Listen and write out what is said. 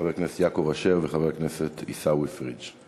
חבר הכנסת יעקב אשר וחבר הכנסת עיסאווי פריג'.